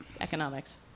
Economics